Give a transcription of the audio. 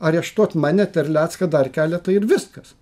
areštuot mane terlecką dar keletą ir viskas